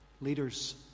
Leaders